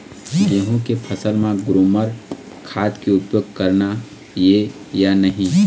गेहूं के फसल म ग्रोमर खाद के उपयोग करना ये या नहीं?